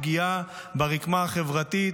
פגיעה ברקמה החברתית,